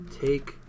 take